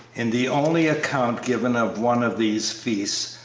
in the only account given of one of these feasts,